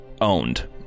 owned